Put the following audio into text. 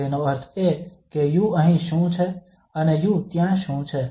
તેનો અર્થ એ કે u અહીં શું છે અને u ત્યાં શું છે